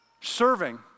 serving